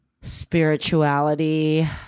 spirituality